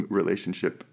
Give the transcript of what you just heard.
relationship